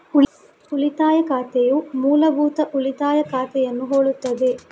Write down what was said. ಉಳಿತಾಯ ಖಾತೆಯು ಮೂಲಭೂತ ಉಳಿತಾಯ ಖಾತೆಯನ್ನು ಹೋಲುತ್ತದೆ